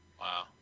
wow